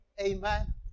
amen